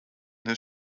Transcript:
his